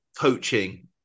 coaching